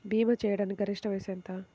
భీమా చేయాటానికి గరిష్ట వయస్సు ఎంత?